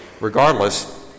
regardless